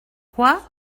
quoi